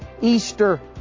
Easter